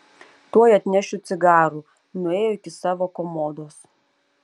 tuoj atnešiu cigarų nuėjo iki savo komodos